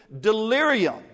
delirium